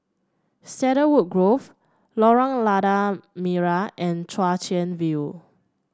Cedarwood Grove Lorong Lada Merah and Chwee Chian View